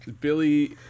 Billy